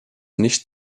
nicht